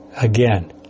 again